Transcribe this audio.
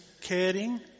caring